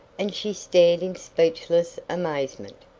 and she stared in speechless amazement.